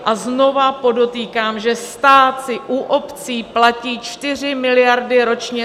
A znovu podotýkám, že stát si u obcí platí 4 miliardy ročně